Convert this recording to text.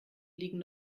liegen